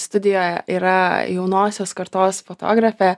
studijoje yra jaunosios kartos fotografė